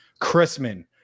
Chrisman